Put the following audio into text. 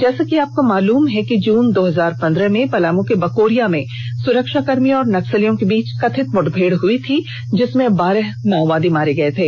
जैसा कि आपको मालूम है कि जून दो हजार पंद्रह में पलामू के बकोरिया में सुरक्षाकर्मियों और नक्सलियों के बीच कथित मुठभेड़ हुई थी जिसमें बारह माओवादी मारे गये थे